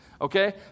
Okay